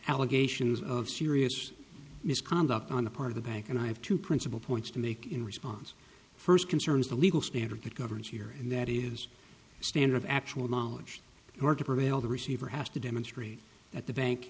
allegations of serious misconduct on the part of the bank and i have two principal points to make in response first concerns the legal standard that governs here and that is the standard of actual knowledge hard to prevail the receiver has to demonstrate that the bank